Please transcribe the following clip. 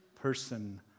person